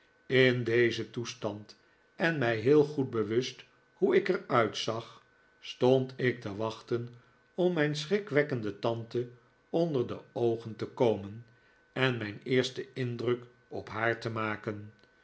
in dezen toestand en mij heel goed bewust hoe ik er uitzag stond ik te wachten om mijn schrikwekkende tante onder de oogen te komen en mijn eersten indruk op haar te maken